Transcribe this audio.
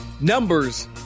numbers